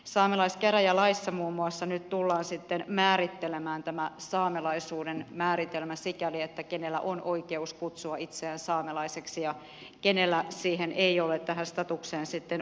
saamelaiskäräjälaissa muun muassa nyt tullaan sitten määrittelemään tämä saamelaisuuden määritelmä sikäli kenellä on oikeus kutsua itseään saamelaiseksi ja kenellä tähän statukseen ei ole oikeutta